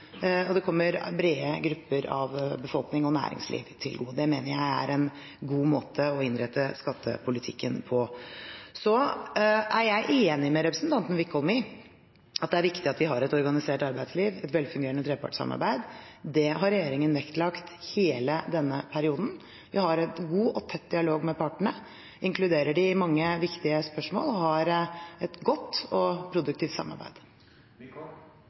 og de kommer brede grupper av befolkning og næringsliv til gode. Det mener jeg er en god måte å innrette skattepolitikken på. Så er jeg enig med representanten Wickholm i at det er viktig at vi har et organisert arbeidsliv og et velfungerende trepartssamarbeid. Det har regjeringen vektlagt hele denne perioden. Vi har en god og tett dialog med partene, inkluderer dem i mange viktige spørsmål og har et godt og produktivt